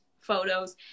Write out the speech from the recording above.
photos